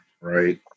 right